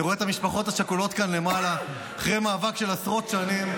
אני רואה את המשפחות השכולות כאן למעלה אחרי מאבק של עשרות שנים,